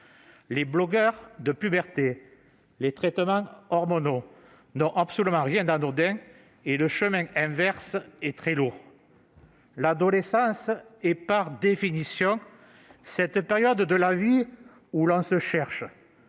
Les bloqueurs de puberté et les traitements hormonaux n'ont absolument rien d'anodin, et le chemin inverse est très lourd. L'adolescence est par définition cette période de la vie où l'on se cherche